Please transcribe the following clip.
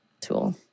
tool